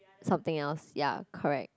something else ya correct